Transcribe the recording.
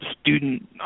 student